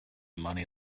money